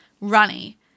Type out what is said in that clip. runny